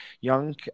Young